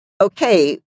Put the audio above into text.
okay